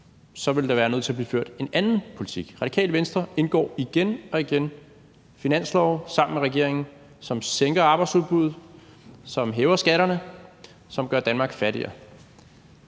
så vil der være nødt til at blive ført en anden politik. Radikale Venstre indgår igen og igen finanslove sammen med regeringen, som sænker arbejdsudbuddet, som hæver skatterne, og som gør Danmark fattigere.